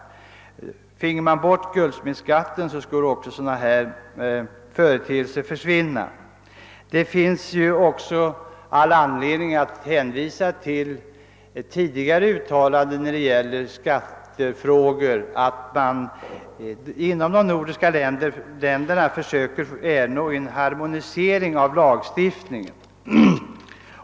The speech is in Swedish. Om punktskatten på guldsmedsvaror slopades, skulle sådana här företeelser försvinna. Det finns också anledning att hänvisa till tidigare uttalanden i skattefrågor om att man inom de nordiska länderna skall söka uppnå en harmonisering av lagstiftningen.